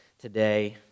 today